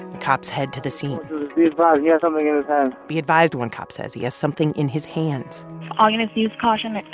cops head to the scene be advised he has something in his hand and be advised, one cop says, he has something in his hands all units, use caution.